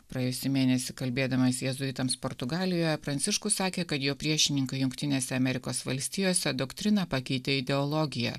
praėjusį mėnesį kalbėdamas jėzuitams portugalijoje pranciškus sakė kad jo priešininkai jungtinėse amerikos valstijose doktriną pakeitė ideologija